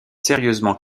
sérieusement